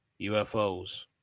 UFOs